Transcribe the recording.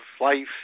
life